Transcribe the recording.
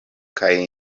kaj